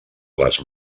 les